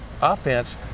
offense